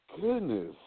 Goodness